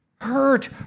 Hurt